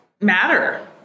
matter